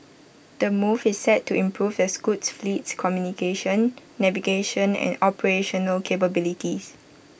the move is set to improve the scoot fleet's communication navigation and operational capabilities